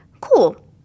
Cool